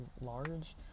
large